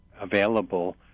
available